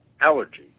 allergy